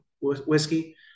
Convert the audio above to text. whiskey